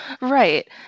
Right